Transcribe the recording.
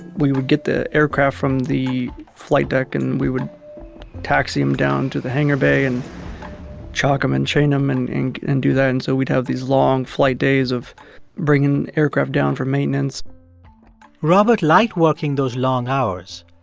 we would get the aircraft from the flight deck, and we would taxi them down to the hangar bay and chalk them um and chain them and and do that. and so we'd have these long flight days of bringing aircraft down for maintenance robert liked working those long hours.